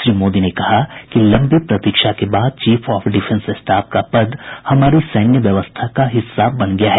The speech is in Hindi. श्री मोदी ने कहा कि लंबी प्रतीक्षा के बाद चीफ ऑफ डिफेंस स्टाफ का पद हमारी सैन्य व्यवस्था का हिस्सा बन गया है